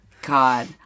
god